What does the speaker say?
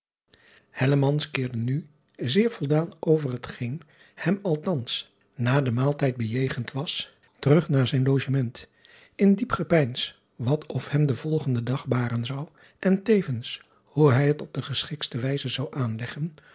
keerde nu zeer voldaan over het geen hem althans na den maaltijd bejegend was terug naar zijn logement in diep gepeins wat of hem de volgende dag baren zou en tevens hoe hij het op de geschiktste wijze zou aanleggen